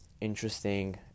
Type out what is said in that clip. interesting